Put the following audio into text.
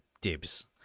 dibs